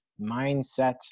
mindset